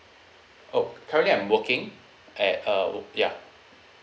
oh currently I'm working at uh ya